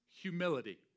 humility